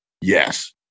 Yes